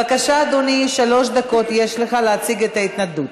בבקשה, אדוני, יש לך שלוש דקות להציג את ההתנגדות.